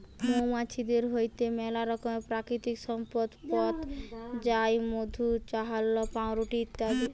মৌমাছিদের হইতে মেলা রকমের প্রাকৃতিক সম্পদ পথ যায় মধু, চাল্লাহ, পাউরুটি ইত্যাদি